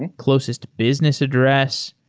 and closest business address.